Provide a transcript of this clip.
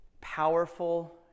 powerful